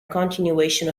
continuation